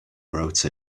wrote